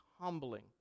humbling